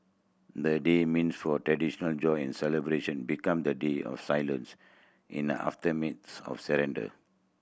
the day meant for a traditional joy and celebration become the day of silence in the aftermath of surrender